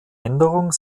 änderung